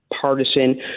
partisan